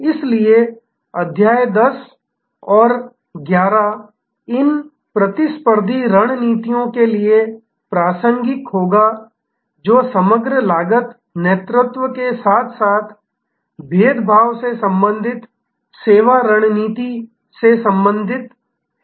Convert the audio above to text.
इसलिए अध्याय 10 और 11 इन प्रतिस्पर्धी रणनीतियों के लिए प्रासंगिक होगा जो समग्र लागत नेतृत्व के साथ साथ भेदभाव से संबंधित सेवा रणनीति से संबंधित हैं